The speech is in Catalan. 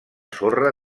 sorra